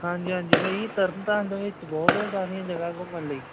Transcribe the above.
ਹਾਂਜੀ ਹਾਂਜੀ ਭਾਅ ਜੀ ਤਰਨਤਾਰਨ ਦੇ ਵਿੱਚ ਬਹੁਤ ਏ ਸਾਰੀਆਂ ਜਗ੍ਹਾ ਘੁੰਮਣ ਲਈ